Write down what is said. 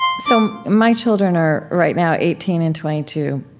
so my children are, right now, eighteen and twenty two.